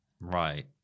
Right